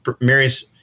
Mary's